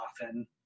often